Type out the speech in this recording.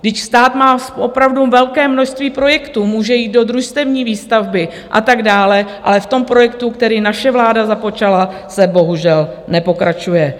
Vždyť stát má opravdu velké množství projektů, může jít do družstevní výstavby a tak dále, ale v tom projektu, který naše vláda započala, se bohužel nepokračuje.